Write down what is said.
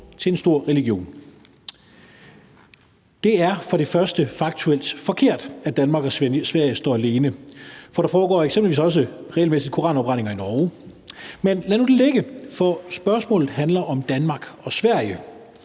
af en stor religion.« Det er først og fremmest faktuelt forkert, at Danmark og Sverige står alene, for der foregår eksempelvis også regelmæssige koranafbrændinger i Norge. Men lad nu det ligge, for spørgsmålet handler om Danmark og Sverige.